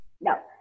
No